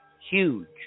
huge